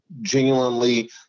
genuinely